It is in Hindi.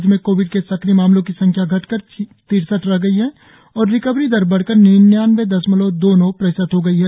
राज्य में कोविड के सक्रिय मामलों की संख्या घटकर तिरसठ रह गई है और रिकवरी दर बढ़कर निन्यानबे दशमलव दो नौ प्रतिशत हो गई है